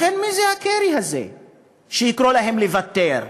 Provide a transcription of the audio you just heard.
לכן, מי זה הקרי הזה שיקרא להם לוותר?